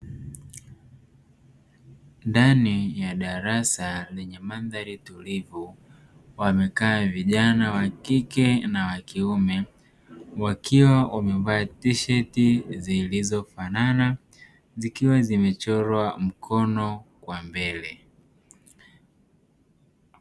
Ndani ya darasa ļenye mandhari tulivu wamekaa vijana wa kike na wa kiume, wakiwa wamevaa tisheti zilizofanana zikiwa zimechorwa mkono kwa mbele.